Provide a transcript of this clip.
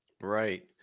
Right